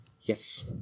Yes